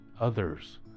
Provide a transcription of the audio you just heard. others